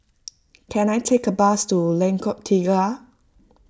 can I take a bus to Lengkok Tiga